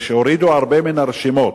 והורידו הרבה מן הרשימות.